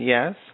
Yes